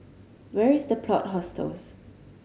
where is The Plot Hostels